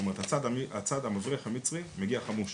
זאת אומרת שהצד המבריח מהצד המצרי מגיע חמוש